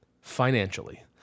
financially